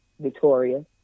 Victoria